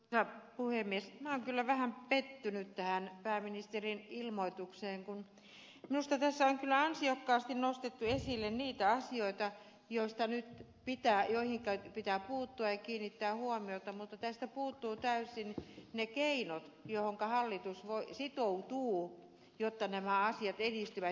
minä olen kyllä vähän pettynyt tähän pääministerin ilmoitukseen kun minusta tässä on kyllä ansiokkaasti nostettu esille niitä asioita joihinka pitää puuttua ja kiinnittää huomiota mutta tästä puuttuvat täysin ne keinot joihinka hallitus sitoutuu jotta nämä asiat edistyvät